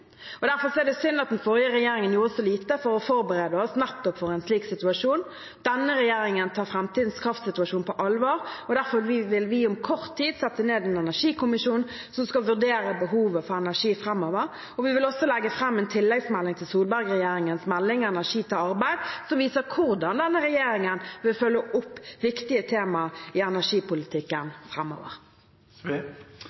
Derfor er det synd at den forrige regjeringen gjorde så lite for å forberede oss for nettopp en slik situasjon. Denne regjeringen tar framtidens kraftsituasjon på alvor. Derfor vil vi om kort tid sette ned en energikommisjon som skal vurdere behovet for energi framover. Vi vil også legge fram en tilleggsmelding til Solberg-regjeringens melding Energi til arbeid, som viser hvordan denne regjeringen vil følge opp viktige tema i energipolitikken